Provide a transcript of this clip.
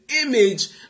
image